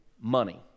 money